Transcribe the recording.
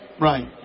Right